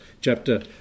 Chapter